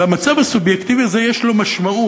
המצב הסובייקטיבי הזה יש לו משמעות.